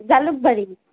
Jalukbari